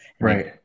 Right